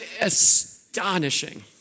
astonishing